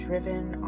Driven